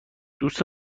دوست